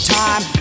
time